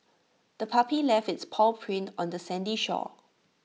the puppy left its paw prints on the sandy shore